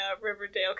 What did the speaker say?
Riverdale